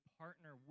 partner